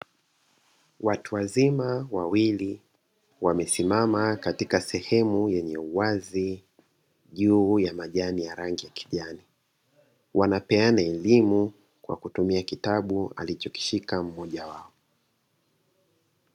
Watu wazima wawili wamesimama katika sehemu yenye uwazi juu ya majani ya rangi ya kijani wanapeana elimu kwa kutumia kitabu alichokishika mmoja wao.